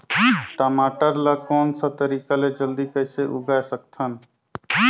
टमाटर ला कोन सा तरीका ले जल्दी कइसे उगाय सकथन?